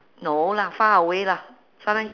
no lah far away lah sometime